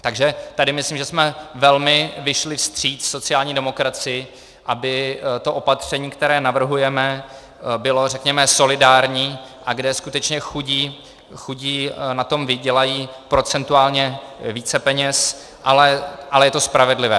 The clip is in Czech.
Takže tady myslím, že jsme velmi vyšli vstříc sociální demokracii, aby to opatření, které navrhujeme, bylo, řekněme, solidární, a kde skutečně chudí na tom vydělají procentuálně více peněz, ale je to spravedlivé.